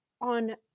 on